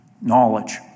knowledge